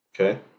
Okay